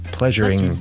pleasuring